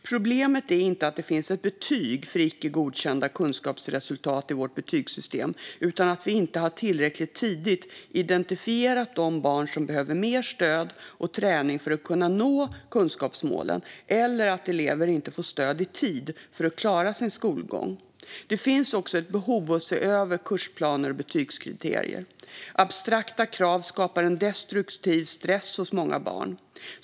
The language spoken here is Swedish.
Problemet är inte att det finns ett betyg för icke godkända kunskapsresultat i betygssystemet, utan att man inte tillräckligt tidigt identifierar de barn som behöver mer stöd och träning för att nå kunskapsmålen eller att elever inte får stöd i tid för att klara sin skolgång. Det finns också ett behov av att se över kursplaner och betygskriterier. Abstrakta krav skapar en destruktiv stress hos många barn.